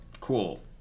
cool